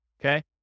Okay